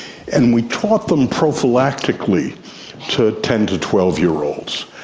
and we taught them prophylactically to ten to twelve year olds.